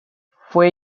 fue